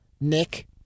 Nick